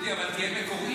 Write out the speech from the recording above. דודי, אבל תהיה מקורי.